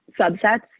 subsets